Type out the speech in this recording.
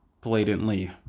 blatantly